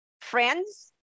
friends